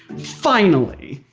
finally!